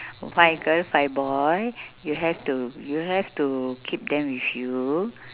five girl five boy you have to you have to keep them with you